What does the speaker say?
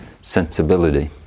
sensibility